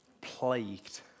plagued